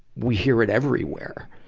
we hear it everywhere.